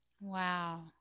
Wow